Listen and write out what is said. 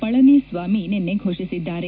ಪಳನಿಸ್ವಾಮಿ ನಿನ್ನೆ ಘೋಷಿಸಿದ್ದಾರೆ